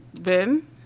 Ben